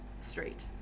straight